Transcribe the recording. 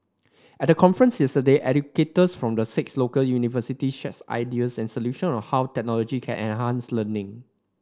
at the conference yesterday educators from the six local universities shares ideas and solution on how technology can enhance learning